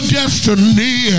destiny